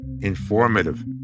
informative